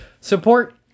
Support